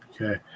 Okay